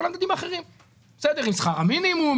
עם שכר המינימום,